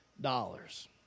dollars